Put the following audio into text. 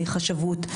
מן החשבות,